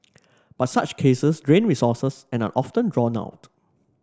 but such cases drain resources and are often drawn out